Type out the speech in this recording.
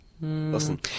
Listen